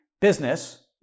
business